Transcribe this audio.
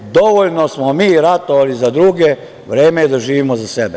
Dovoljno smo mi ratovali za druge, vreme je da živimo za sebe.